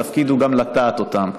התפקיד הוא גם לטעת אותם.